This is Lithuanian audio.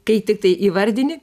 kai tiktai įvardini